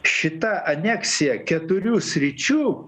šita aneksija keturių sričių